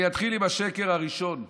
אני אתחיל בשקר הראשון.